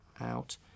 out